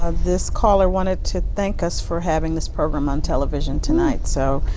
ah this caller wanted to thank us for having this program on television tonight. so,